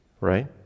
right